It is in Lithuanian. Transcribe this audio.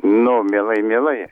nu mielai mielai